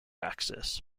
axis